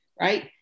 right